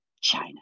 China